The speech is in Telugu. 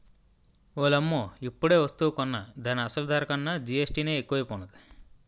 ఓలమ్మో ఇప్పుడేవస్తువు కొన్నా దాని అసలు ధర కన్నా జీఎస్టీ నే ఎక్కువైపోనాది